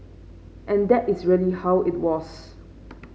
and that is really how it was